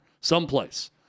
someplace